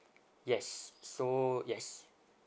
yes so yes